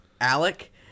alec